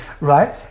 right